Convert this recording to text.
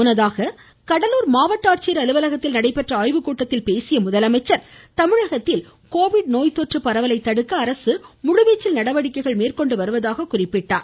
முன்னதாக கடலூர் மாவட்ட ஆட்சியர் அலுவலகத்தில் நடைபெற்ற ஆய்வுக்கூட்டத்தில் பேசிய அவர் தமிழகத்தில் கோவிட் நோய்த்தொற்று பரவலை தடுக்க அரசு முழுவீச்சில் நடவடிக்கைகள் மேற்கொண்டு வருவதாக குறிப்பிட்டார்